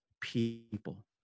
people